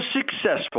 successful